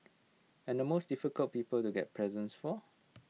and the most difficult people to get presents for